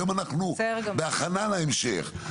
היום אנחנו בהכנה להמשך.